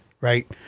right